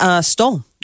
stole